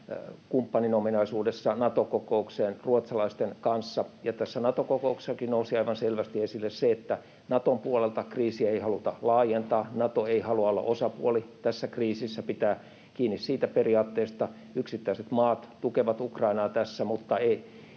kumppanin ominaisuudessa Nato-kokoukseen ruotsalaisten kanssa, ja tässä Nato-kokouksessakin nousi aivan selvästi esille se, että Naton puolelta kriisiä ei haluta laajentaa. Nato ei halua olla osapuoli tässä kriisissä, se pitää kiinni siitä periaatteesta. Yksittäiset maat tukevat Ukrainaa tässä, mutta ei